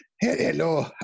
hello